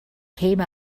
came